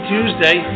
Tuesday